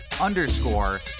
underscore